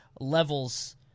levels